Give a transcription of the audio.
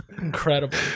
Incredible